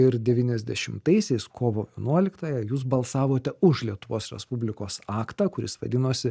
ir devyniasdešimtaisiais kovo vienuoliktąją jūs balsavote už lietuvos respublikos aktą kuris vadinosi